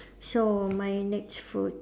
so my next food